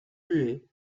muet